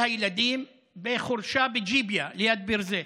והילדים, בחורשה בג'יביא, ליד ביר זית.